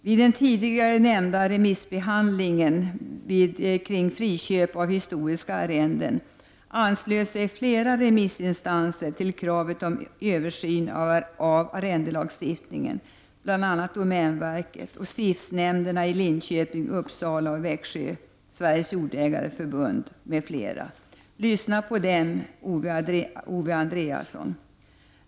Vid den tidigare nämnda remissbehandlingen kring friköp av historiska arrenden anslöt sig flera remissinstanser till kravet om översyn av arrendelagstiftningen, bl.a. domänverket, stiftsnämnderna i Linköping, Uppsala och Växjö, Sveriges jordägareförbund m.fl. Lyssna på dem, Owe Andréasson!